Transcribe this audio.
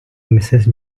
mrs